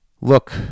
look